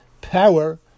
power